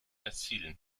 erzielen